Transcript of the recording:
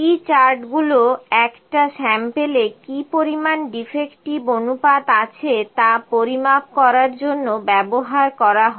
P চার্টগুলো একটা sample এ কি পরিমাণ ডিফেক্টিভ অনুপাত আছে তা পরিমাপ করার জন্য ব্যবহার করা হয়